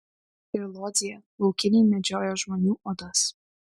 ir lodzėje laukiniai medžiojo žmonių odas